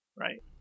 right